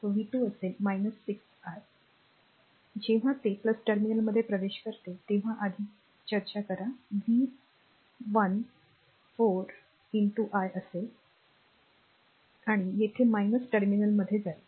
v 2 असेल 6 i जेव्हा ते टर्मिनलमध्ये प्रवेश करते तेव्हा आधी चर्चा करा v 1 4 i असेल आणि येथे टर्मिनलमध्ये जाईल